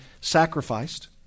sacrificed